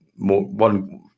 one